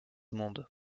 monde